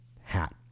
hat